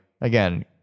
again